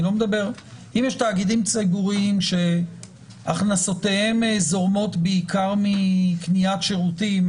אם יש תאגידים ציבוריים שהכנסותיהם זורמות בעיקר מקניית שירותים,